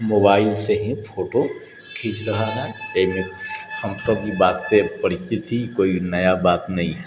मोबाइलसँ ही फोटो खिञ्च रहल है एहिमे हमसब ई बातसँ परिचित छी कोइ नया बात नहि है